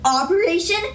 Operation